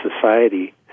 society